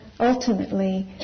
Ultimately